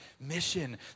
mission